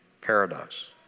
paradise